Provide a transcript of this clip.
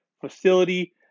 facility